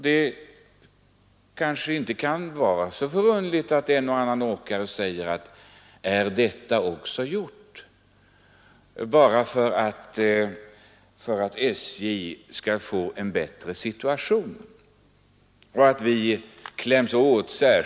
Det är kanske inte så underligt att en och annan åkare frågar: Är detta också gjort enbart för att SJ:s situation skall bli bättre? Är det därför vi skall klämmas åt?